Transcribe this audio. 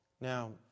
Now